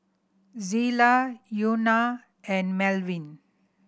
Zillah Euna and Melvin